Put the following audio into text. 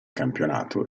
campionato